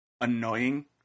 annoying